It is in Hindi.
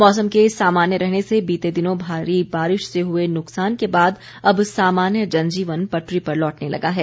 मौसम के सामान्य रहने से बीते दिनों भारी बारिश से हुए नुकसान के बाद अब सामान्य जनजीवन पटरी पर लौटने लगा है